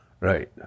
Right